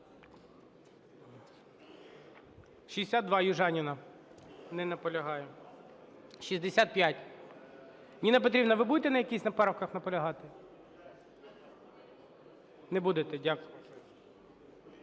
62, Южаніна. Не наполягає. 65. Ніна Петрівна, ви будете на якихось правках наполягати? Не будете. Дякую.